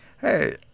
Hey